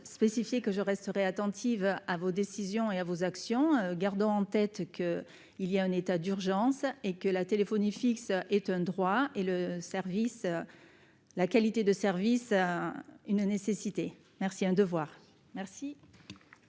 spécifier que je resterai attentive à vos décisions et à vos actions, gardant en tête que, il y a un état d'urgence et que la téléphonie fixe est un droit et le service, la qualité de service à une nécessité merci un devoir